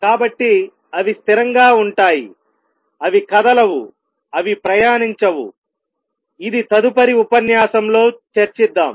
కాబట్టి అవి స్థిరంగా ఉంటాయి అవి కదలవు అవి ప్రయాణించవు ఇది తదుపరి ఉపన్యాసంలో చర్చిద్దాం